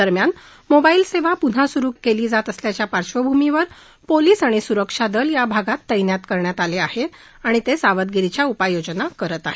दरम्यान मोबाईल सेवा पुन्हा सुरु केली जात असल्याच्या पार्धभूमीवर पोलीस आणि सुरक्षा दल या भागात तैनात करण्यात आले असून ते सावधगिरीचे उपाययोजना करत आहेत